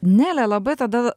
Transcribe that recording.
nele labai tada